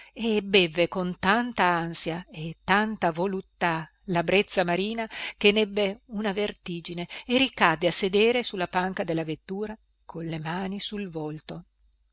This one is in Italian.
e bevve con tanta ansia e tanta volontà la brezza marina che nebbe una vertigine e ricadde a sedere su la panca della vettura con le mani sul volto